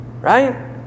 right